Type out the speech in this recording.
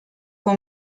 con